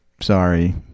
sorry